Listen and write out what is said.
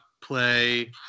play